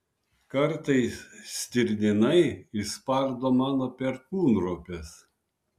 kartais stirninai išspardo mano perkūnropes